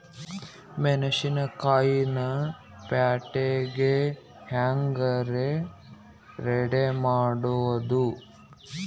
ಮೆಣಸಿನಕಾಯಿನ ಪ್ಯಾಟಿಗೆ ಹ್ಯಾಂಗ್ ರೇ ರೆಡಿಮಾಡೋದು?